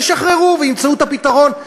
ישחררו וימצאו את הפתרון,